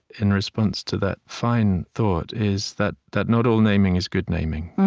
in response to that fine thought, is that that not all naming is good naming.